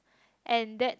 and that's